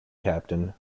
captain